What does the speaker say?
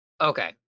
okay